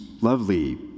lovely